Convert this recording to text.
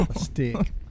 stick